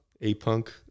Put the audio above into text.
A-Punk